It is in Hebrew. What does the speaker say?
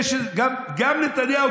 גם נתניהו,